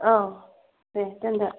औ दे दोनदो